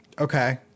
Okay